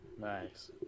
Nice